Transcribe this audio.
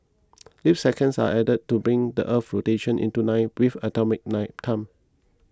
leap seconds are added to bring the Earth's rotation into line with atomic night time